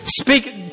speak